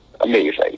amazing